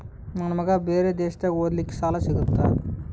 ನನ್ನ ಮಗ ಬೇರೆ ದೇಶದಾಗ ಓದಲಿಕ್ಕೆ ಸಾಲ ಸಿಗುತ್ತಾ?